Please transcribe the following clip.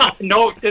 No